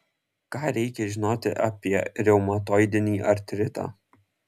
ką reikia žinoti apie reumatoidinį artritą